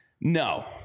No